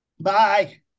Bye